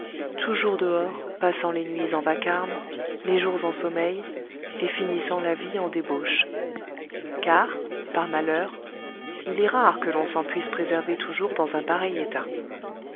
toujours dehors passant les nuits en vacarme les jours en sommeil et finissant la vie en débauche car par malheur il est rare que l'on s'en puisse préserver toujours dans un pareil état